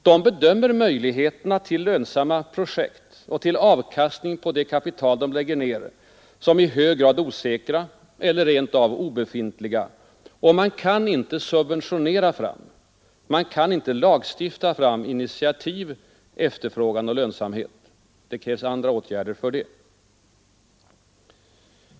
De bedömer möjligheterna till lönsamma projekt och till avkastning på det nedlagda kapitalet som i hög grad osäkra eller rent av obefintliga, och man kan inte subventionera eller lagstifta fram initiativ, efterfrågan och lönsamhet. Det krävs andra åtgärder för det.